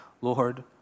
Lord